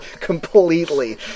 Completely